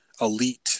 Elite